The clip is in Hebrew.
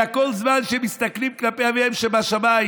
אלא כל זמן שמסתכלים כלפי אביהם שבשמים,